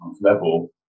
Level